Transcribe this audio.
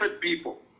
people